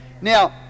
Now